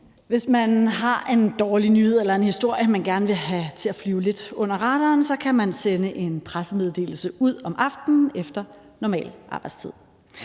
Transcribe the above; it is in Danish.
Hvis man har en dårlig nyhed eller en historie, man gerne vil have til at flyve lidt under radaren, kan man sende en pressemeddelelse ud om aftenen efter normal arbejdstid,